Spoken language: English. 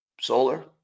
Solar